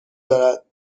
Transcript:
دارد